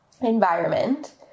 environment